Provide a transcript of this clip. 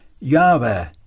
Yahweh